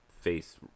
face